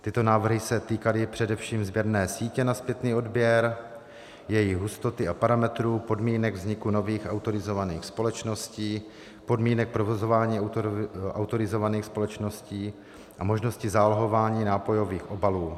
Tyto návrhy se týkaly především sběrné sítě na zpětný odběr, její hustoty a parametrů, podmínek vzniku nových autorizovaných společností, podmínek provozování autorizovaných společností a možnosti zálohování nápojových obalů.